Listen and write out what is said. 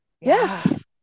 Yes